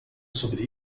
sobre